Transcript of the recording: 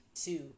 two